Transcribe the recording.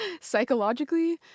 psychologically